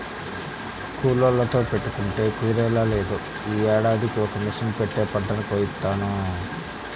కూలోళ్ళతో పెట్టుకుంటే కుదిరేలా లేదు, యీ ఏడాదికి ఇక మిషన్ పెట్టే పంటని కోయిత్తాను